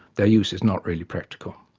their use is not really practical.